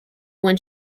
when